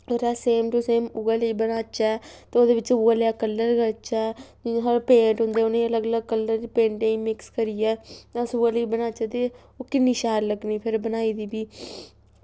ते अस same to same उ'ऐ जनेही बनाचै ते एह्दे बिच उ'ऐ जेहा कलर बिच ऐ ओह् पेंट होंदे उं'दे च कलर मिक्स करियै अस रंगोली बनाचै ते ओह् किन्नी शैल लग्गनी ते